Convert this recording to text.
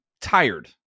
tired